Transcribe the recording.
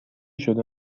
شده